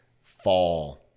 fall